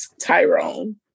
Tyrone